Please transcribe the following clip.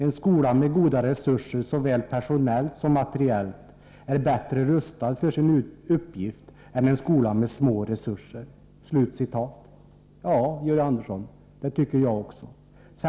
En skola med goda resurser såväl personellt som materiellt är bättre rustad för sin uppgift än en skola med små resurser.” Ja, Georg Andersson, det tycker också jag.